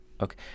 Okay